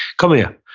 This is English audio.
come here.